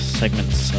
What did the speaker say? segments